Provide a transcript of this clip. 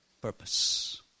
purpose